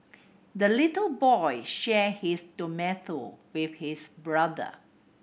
the little boy shared his tomato with his brother